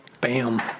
Bam